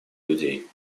людей